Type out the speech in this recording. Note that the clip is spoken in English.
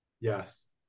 Yes